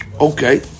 Okay